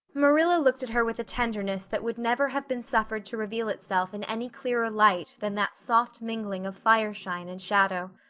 marilla looked at her with a tenderness that would never have been suffered to reveal itself in any clearer light than that soft mingling of fireshine and shadow.